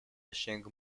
shing